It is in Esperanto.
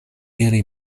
ili